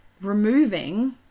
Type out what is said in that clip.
removing